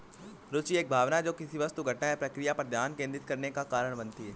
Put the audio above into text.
रूचि एक भावना है जो किसी वस्तु घटना या प्रक्रिया पर ध्यान केंद्रित करने का कारण बनती है